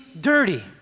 dirty